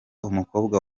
umukobwa